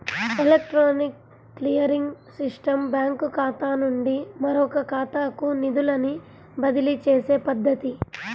electronic clearing system బ్యాంకుఖాతా నుండి మరొకఖాతాకు నిధులను బదిలీచేసే పద్ధతి